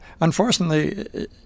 unfortunately